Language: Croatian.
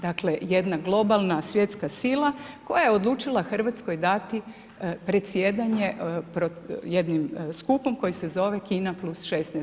Dakle, jedna globalna svjetska sila koja je odlučila Hrvatskoj dati predsjedanje pred jednim skupom koji se zove Kina +16.